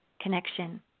connection